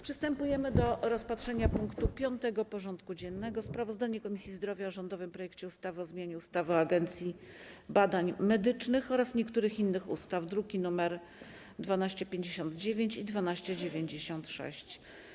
Przystępujemy do rozpatrzenia punktu 5. porządku dziennego: Sprawozdanie Komisji Zdrowia o rządowym projekcie ustawy o zmianie ustawy o Agencji Badań Medycznych oraz niektórych innych ustaw (druki nr 1259 i 1296)